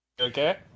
okay